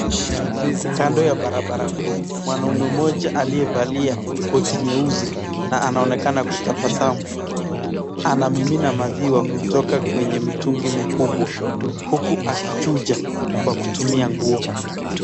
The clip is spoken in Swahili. Kando ya barabara kuu mwanaume mmoja aliyevalia koti nyeusi na anaonekana kutabasamu. Anamimina maziwa kutoka kwenye mitungi mikubwa huku akichuja kwa kutumia nguo.